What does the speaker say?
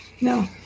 No